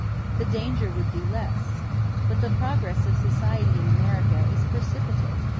the danger would be less but the progress of society in america is precipitate,